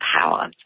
power